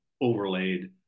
overlaid